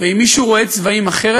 ואם מישהו רואה צבעים אחרת,